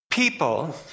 People